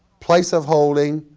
place of holding,